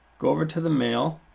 go over to the mail,